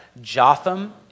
Jotham